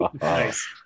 nice